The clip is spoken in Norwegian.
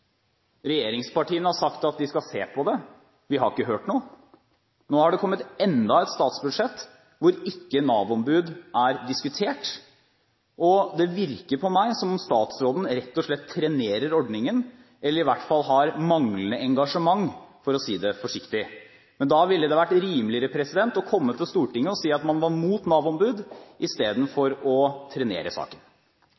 Regjeringspartiene har sagt at de skal se på det. Vi har ikke hørt noe. Nå har det kommet enda et statsbudsjett hvor Nav-ombud ikke er diskutert, og det virker på meg som om statsråden rett og slett trenerer ordningen, eller i hvert fall har manglende engasjement, for å si det forsiktig. Men da ville det ha vært rimeligere å komme til Stortinget og si at man